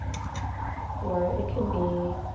or it could be